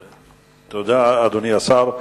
תודה, אדוני השר.